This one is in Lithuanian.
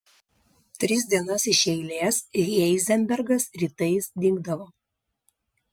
tris dienas iš eilės heizenbergas rytais dingdavo